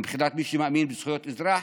מבחינת מי שמאמין בזכויות אזרח,